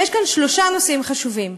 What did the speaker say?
ויש כאן שלושה נושאים חשובים.